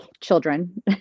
children